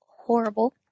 horrible